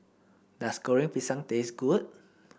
does Goreng Pisang taste good